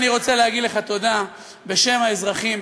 אני רוצה להגיד לך תודה בשם האזרחים,